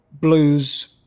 blues